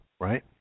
right